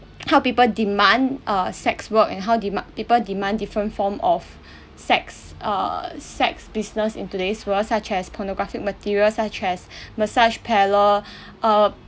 how people demand err sex work and how dema~ people demand different form of sex err sex business in today's world such as pornographic material such as massage palour err